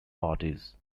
parties